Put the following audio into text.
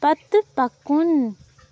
پتہٕ پکُن